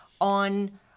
on